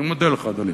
אני מודה לך, אדוני.